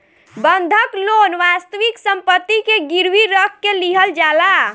बंधक लोन वास्तविक सम्पति के गिरवी रख के लिहल जाला